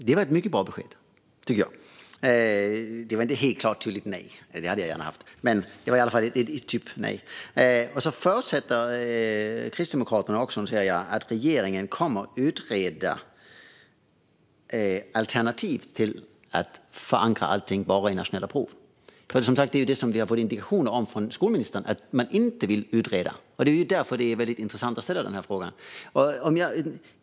Herr talman! Det var ett mycket bra besked. Det var inte ett tydligt nej, som jag önskat, men typ ett nej. Kristdemokraterna förutsätter att regeringen kommer att utreda alternativ till att förankra allt i nationella prov. Vi har ju fått indikationer från skolministern om att man inte vill utreda det, och därför är frågan intressant.